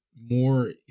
more